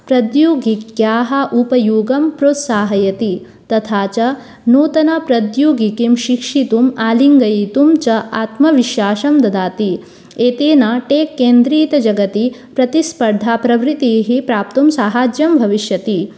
प्रौद्योगिक्याः उपयोगं प्रोत्साहयति तथा च नूतनप्रौद्योगिकीं शिक्षितुम् आलिङ्गयितुं च आत्मविश्वासं ददाति एतेन टेक् केन्द्रितजगति प्रतिस्पर्धाप्रवृत्तिः प्राप्तुं साहाय्यं भविष्यति